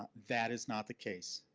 ah that is not the case.